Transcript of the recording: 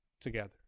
together